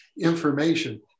information